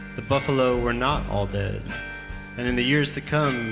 the buffalo were not all dead and in the years to come,